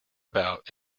about